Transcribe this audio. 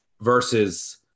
versus